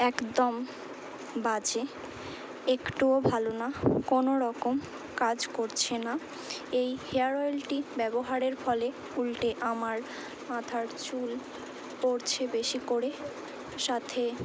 একদম বাজে একটুও ভাল না কোনোরকম কাজ করছে না এই হেয়ার অয়েলটি ব্যবহারের ফলে উল্টে আমার মাথার চুল পড়ছে বেশি করে সাথে